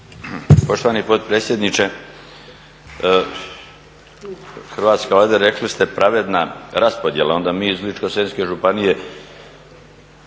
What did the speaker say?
Poštovani potpredsjedniče. Hrvatska ajde rekli ste pravedna raspodjela, onda mi iz Ličko-senjske županije